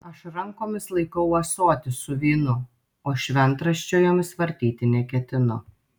aš rankomis laikau ąsotį su vynu o šventraščio jomis vartyti neketinu